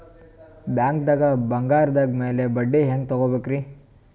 ಬ್ಯಾಂಕ್ದಾಗ ಬಂಗಾರದ್ ಮ್ಯಾಲ್ ಬಡ್ಡಿ ಹೆಂಗ್ ತಗೋಬೇಕ್ರಿ?